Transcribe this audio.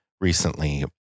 recently